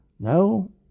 No